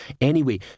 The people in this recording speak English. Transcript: Anyway